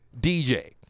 DJ